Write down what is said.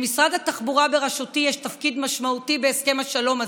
למשרד התחבורה בראשותי יש תפקיד משמעותי בהסכם השלום הזה,